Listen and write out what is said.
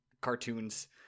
cartoons